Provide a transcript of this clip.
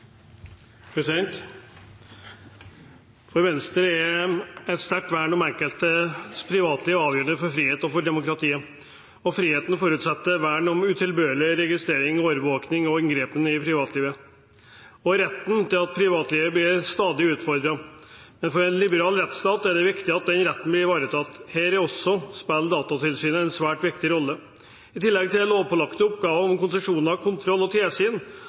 For Venstre er et sterkt vern om den enkeltes privatliv avgjørende for frihet og for demokratiet. Frihet forutsetter vern mot utilbørlig registrering, overvåking og inngripen i privatlivet. Retten til et privatliv blir stadig utfordret. Men for en liberal rettstat er det viktig at denne retten blir ivaretatt. Her spiller Datatilsynet en svært viktig rolle. I tillegg til de lovpålagte oppgavene – gi konsesjoner, sørge for kontroll og tilsyn